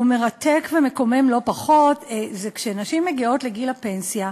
הוא מרתק ומקומם לא פחות: כשנשים מגיעות לגיל הפנסיה,